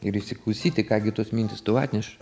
ir įsiklausyti ką gi tos mintys atneša